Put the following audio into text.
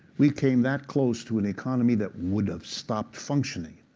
we came that close to an economy that would have stopped functioning.